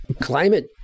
climate